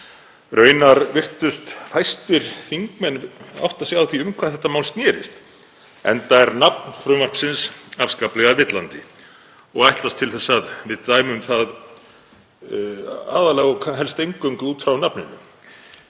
Raunar virtust fæstir þingmenn átta sig á því um hvað þetta mál snerist enda er nafn frumvarpsins afskaplega villandi og ætlast til að við dæmum það aðallega og helst eingöngu út frá nafninu.